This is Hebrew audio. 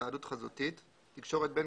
הגדרה בחוק זה "היוועדות חזותית" תקשורת בין